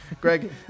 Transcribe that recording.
greg